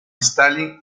stalin